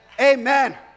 Amen